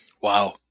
Wow